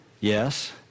Yes